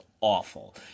awful